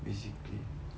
basically